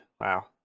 Wow